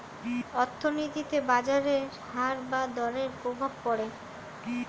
অর্থনীতিতে বাজারের হার বা দরের প্রভাব পড়ে